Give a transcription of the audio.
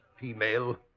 female